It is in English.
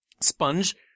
Sponge